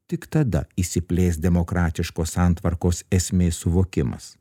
tik tada išsiplės demokratiškos santvarkos esmės suvokimas